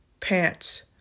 pants